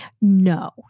No